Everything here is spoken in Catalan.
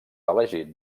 elegit